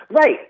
Right